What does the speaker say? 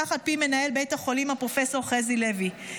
כך על פי מנהל בית החולים הפרופ' חזי לוי.